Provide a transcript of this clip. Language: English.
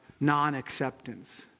non-acceptance